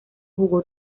jugó